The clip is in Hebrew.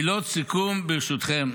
מילות סיכום, ברשותכם: